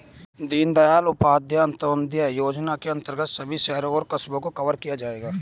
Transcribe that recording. दीनदयाल उपाध्याय अंत्योदय योजना के अंतर्गत सभी शहरों और कस्बों को कवर किया जाएगा